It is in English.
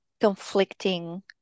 conflicting